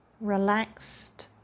relaxed